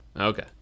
Okay